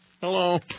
Hello